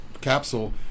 capsule